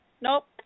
Nope